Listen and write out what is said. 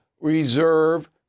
reserve